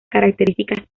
características